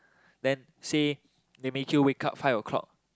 then said they make you wake up five O-clock